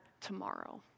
tomorrow